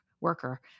worker